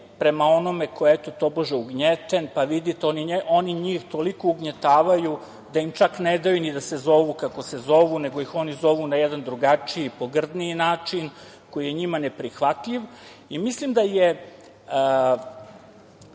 prema onome ko je eto, tobože, ugnjeten, pa vidite oni njih toliko ugnjetavaju da im čak ne daju ni da se zovu kako se zovu, nego ih oni zovu na jedan drugačiji, pogrdniji način, koji je njima neprihvatljiv. Mislim da je